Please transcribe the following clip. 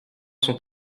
sont